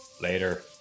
Later